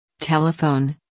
telephone